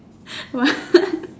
what